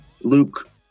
Luke